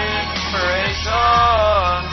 inspiration